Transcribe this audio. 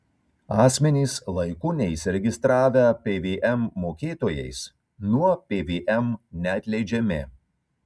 asmenys laiku neįsiregistravę pvm mokėtojais nuo pvm neatleidžiami